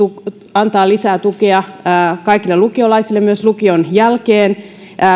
antaa lisää tukea kaikille lukiolaisille myös lukion jälkeen